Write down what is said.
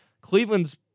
Cleveland's